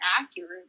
accurate